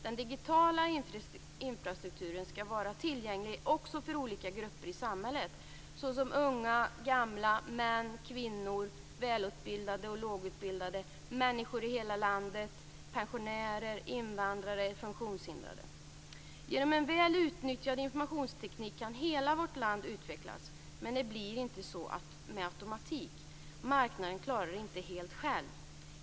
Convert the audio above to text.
Den digitala infrastrukturen skall vara tillgänglig också för olika grupper i samhället, såsom unga, gamla, män, kvinnor, välutbildade och lågutbildade, människor i hela landet, pensionärer, invandrare och funktionshindrade. Genom en väl utnyttjad informationsteknik kan hela vårt land utvecklas. Men det blir inte så med automatik. Marknaden klarar det inte helt själv.